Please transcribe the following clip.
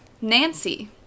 nancy